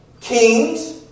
Kings